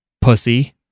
pussy